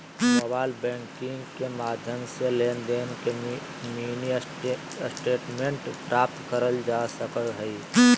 mobile banking के माध्यम से लेनदेन के मिनी स्टेटमेंट प्राप्त करल जा सको हय